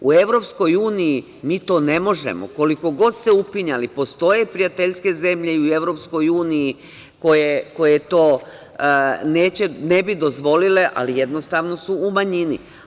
U EU mi to ne možemo, koliko god se upinjali postoje prijateljske zemlje i u EU koje to ne bi dozvolite, ali jednostavno su u manjini.